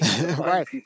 Right